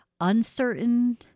uncertain